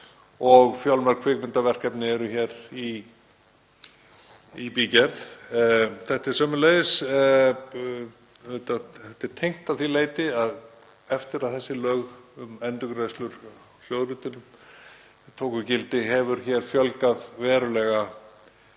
og fjölmörg kvikmyndaverkefni eru hér í bígerð. Þetta er sömuleiðis tengt að því leyti að eftir að þessi lög um endurgreiðslur á hljóðritunum tóku gildi hefur fjölgað verulega